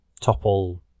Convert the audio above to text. topple